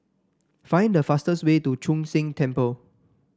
find the fastest way to Chu Sheng Temple